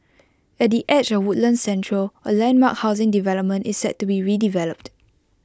at the edge of Woodlands central A landmark housing development is set to be developed